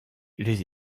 les